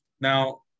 Now